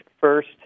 first